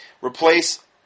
Replace